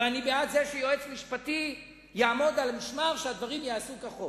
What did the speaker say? ואני בעד זה שיועץ משפטי יעמוד על המשמר שהדברים ייעשו כחוק.